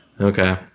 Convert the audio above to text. Okay